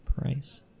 price